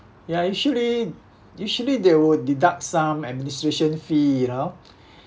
ya usually usually they will deduct some administration fee you know